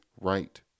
right